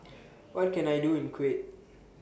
What Can I Do in Kuwait